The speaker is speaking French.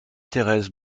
thérèse